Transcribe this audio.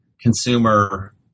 consumer